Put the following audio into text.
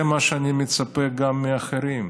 זה מה שאני מצפה גם מאחרים.